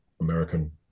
American